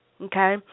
Okay